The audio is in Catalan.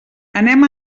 anem